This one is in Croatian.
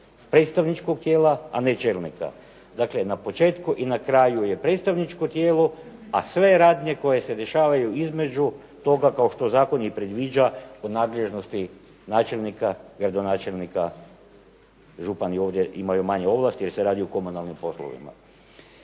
predstavničkog tijela, a ne čelnika. Dakle, na početku i na kraju je predstavničko tijelo, a sve radnje koje se dešavaju između toga, kao što zakon i predviđa u nadležnosti načelnika, gradonačelnika, župani ovdje imaju manje ovlasti jer se radi o komunalnim poslovima.